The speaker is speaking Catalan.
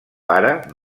pare